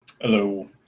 Hello